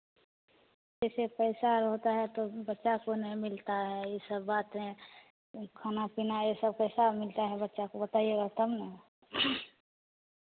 जैसे पैसा और होता है तो बच्चा सो नहीं मिलता है यह सब बात है खाना पीना यह सब कैसा मिलता है बच्चा को बताएगा तब ना